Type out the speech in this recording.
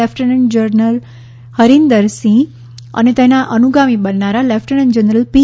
lieutenant general Harinder Singh અને તેનાઅનુગામી બનનારા લેફ્ટનન્ટ જનરલ પી